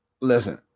listen